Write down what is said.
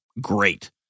Great